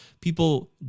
people